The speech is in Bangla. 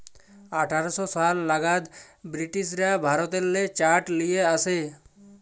আঠার শ সাল লাগাদ বিরটিশরা ভারতেল্লে চাঁট লিয়ে আসে